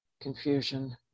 confusion